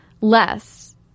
less